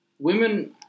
Women